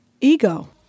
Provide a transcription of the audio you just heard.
ego